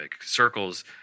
circles